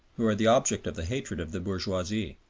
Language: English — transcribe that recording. who are the object of the hatred of the bourgeoisie,